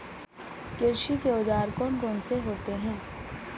कृषि के औजार कौन कौन से होते हैं?